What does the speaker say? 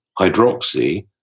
hydroxy